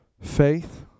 Faith